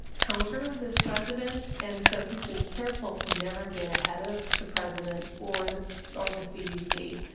counter this president. and so he's been careful to never get ahead of the president or the or the cdc.